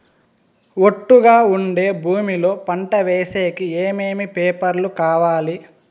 ఒట్టుగా ఉండే భూమి లో పంట వేసేకి ఏమేమి పేపర్లు కావాలి?